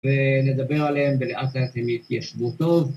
ונדבר עליהם ולאט לאט הם יתיישבו טוב